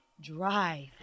drive